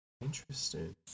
Interesting